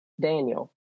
Daniel